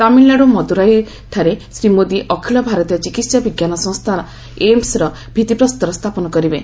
ତାମିଲନାଡୁ ମଦୁରାଇଠାରେ ଶ୍ରୀ ମୋଦି ଅଖିଳ ଭାରତୀୟ ଚିକିତ୍ସା ବିଜ୍ଞାନ ସଂସ୍ଥାନ ଏଆଇଆଇଏମସିର ଭିଭିପ୍ରସ୍ତର ସ୍ଥାପନ କରିବେ